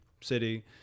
city